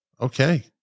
Okay